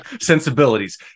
sensibilities